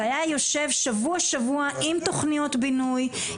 והיה יושב שבוע-שבוע עם תוכניות בינוי,